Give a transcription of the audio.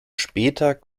später